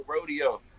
rodeo